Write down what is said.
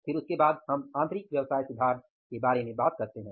फिर उसके बाद हम आंतरिक व्यवसाय सुधार के बारे में बात करते हैं